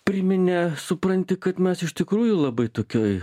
priminė supranti kad mes iš tikrųjų labai tokioj